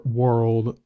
world